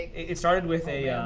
it started with a